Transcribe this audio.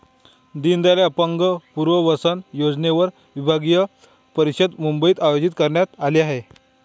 दीनदयाल अपंग पुनर्वसन योजनेवर विभागीय परिषद मुंबईत आयोजित करण्यात आली आहे